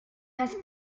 has